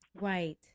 Right